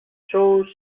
show